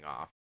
off